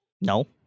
No